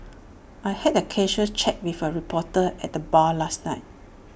I had A casual chat with A reporter at the bar last night